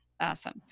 awesome